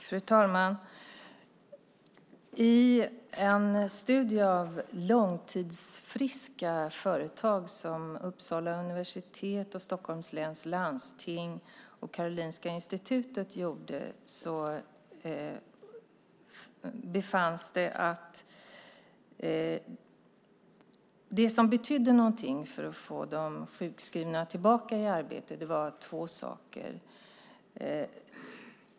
Fru talman! I en studie av långtidsfriska företag som Uppsala universitet, Stockholms läns landsting och Karolinska Institutet gjorde fann man att det som betydde någonting för att få de sjukskrivna tillbaka i arbete var två saker.